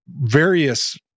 various